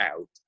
out